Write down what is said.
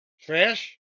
Trash